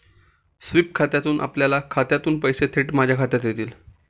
sweep खात्यातून आपल्या खात्यातून पैसे थेट माझ्या खात्यात येतील